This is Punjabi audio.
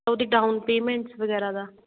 ਉਹਦੀ ਡਾਊਨ ਪੇਮੈਂਟਸ ਵਗੈਰਾ ਦਾ